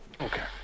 okay